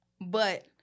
but-